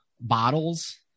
bottles